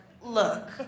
Look